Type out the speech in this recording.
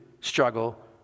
struggle